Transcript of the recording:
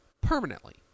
permanently